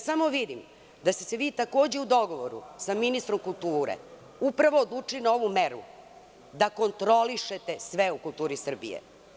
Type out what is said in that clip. Samo vidim da ste se vi u dogovoru sa ministrom kulture upravo odlučili na ovu meru da kontrolišete sve u kulturi Srbije.